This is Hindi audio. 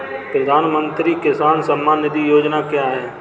प्रधानमंत्री किसान सम्मान निधि योजना क्या है?